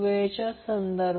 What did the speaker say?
हे v आहे